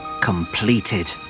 completed